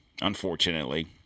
unfortunately